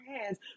hands